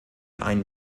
ein